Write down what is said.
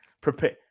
Prepare